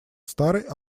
старый